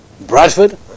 Bradford